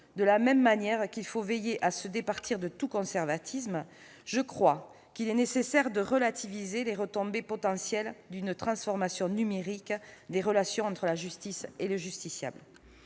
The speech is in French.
de la même manière qu'il faut veiller à se départir de tout conservatisme, je crois qu'il est nécessaire de relativiser les retombées potentielles d'une transformation numérique des relations entre la justice et le justiciable.